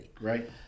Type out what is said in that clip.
Right